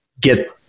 get